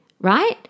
right